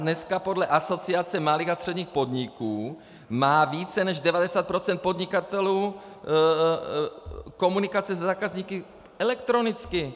Dneska podle Asociace malých a středních podniků má více než 90 % podnikatelů komunikaci se zákazníky elektronicky.